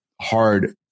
hard